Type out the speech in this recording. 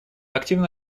активно